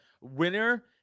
Winner